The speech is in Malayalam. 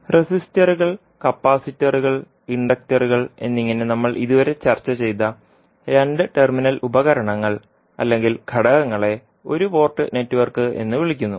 റെസിസ്റ്ററുകൾ കപ്പാസിറ്ററുകൾ ഇൻഡക്ടറുകൾ resistors capacitors inductor എന്നിങ്ങനെ നമ്മൾ ഇതുവരെ ചർച്ച ചെയ്ത രണ്ട് ടെർമിനൽ ഉപകരണങ്ങൾ അല്ലെങ്കിൽ ഘടകങ്ങളെ ഒരു പോർട്ട് നെറ്റ്വർക്ക് എന്ന് വിളിക്കുന്നു